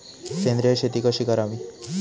सेंद्रिय शेती कशी करावी?